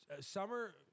summer